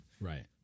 right